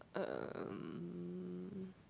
um